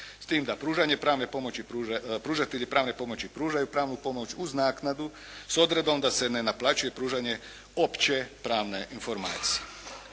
pomoći, pružatelji pravne pomoći pružaju pravnu pomoć uz naknadu s odredbom da se ne naplaćuje pružanje opće pravne informacije.